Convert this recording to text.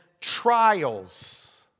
trials